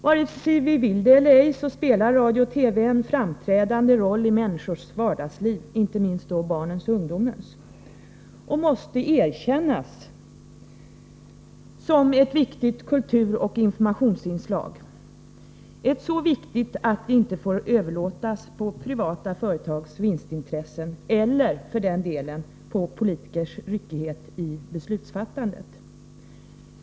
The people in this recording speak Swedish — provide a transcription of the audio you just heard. Vare sig vi vill det eller ej spelar radio och TV en framträdande roll i människors vardagsliv, inte minst barnens och ungdomens, och måste erkännas som ett så viktigt kulturoch informationsinslag att det inte får överlåtas på privata företags vinstintressen eller för den delen på politikers ryckighet i beslutsfattandet.